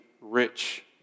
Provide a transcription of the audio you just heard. rich